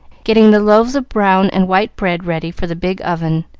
getting the loaves of brown and white bread ready for the big oven.